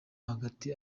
hagati